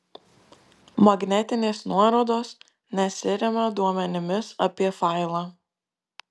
magnetinės nuorodos nesiremia duomenimis apie failą